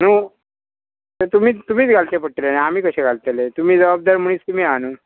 न्हू तें तुमी तुमीच घालचें पडटलें आनी आमी कशें घालतले तुमी जबाबदार मनीस तुमी आहा न्हू